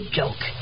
joke